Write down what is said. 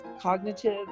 cognitive